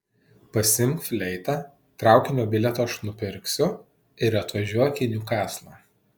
pasiimk fleitą traukinio bilietą aš nupirksiu ir atvažiuok į niukaslą